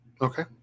Okay